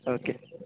okay